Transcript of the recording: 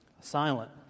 silent